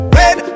red